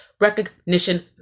recognition